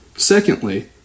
Secondly